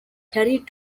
carried